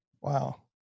Wow